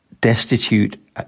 destitute